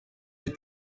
des